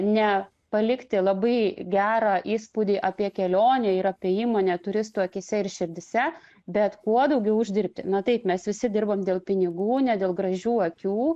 ne palikti labai gerą įspūdį apie kelionę ir apie įmonę turistų akyse ir širdyse bet kuo daugiau uždirbti na taip mes visi dirbam dėl pinigų ne dėl gražių akių